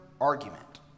argument